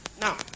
Now